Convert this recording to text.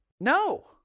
No